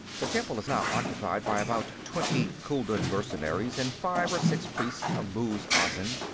the temple is now occupied by about twenty chuldun mercenaries and five or six priests of muz-azin.